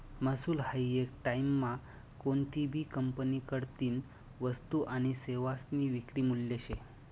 महसूल हायी येक टाईममा कोनतीभी कंपनीकडतीन वस्तू आनी सेवासनी विक्री मूल्य शे